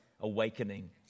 awakening